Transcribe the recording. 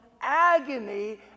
agony